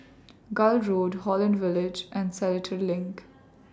Gul Road Holland Village and Seletar LINK